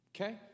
Okay